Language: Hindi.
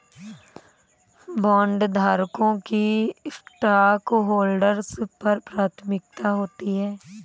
बॉन्डधारकों की स्टॉकहोल्डर्स पर प्राथमिकता होती है